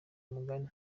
umugani